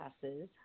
passes